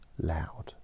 loud